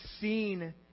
seen